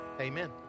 Amen